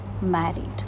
married